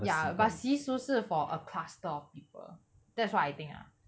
ya but 习俗是 for a cluster of people that's what I think ah